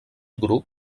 grup